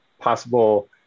possible